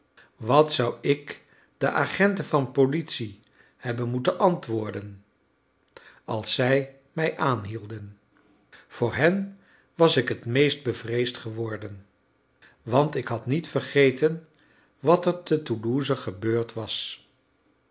wat zou ik den agenten van politie hebben moeten antwoorden als zij mij aanhielden voor hen was ik het meest bevreesd geworden want ik had niet vergeten wat er te toulouse gebeurd was